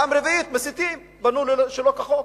פעם רביעית מסיתים, בנו שלא כחוק.